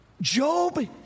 Job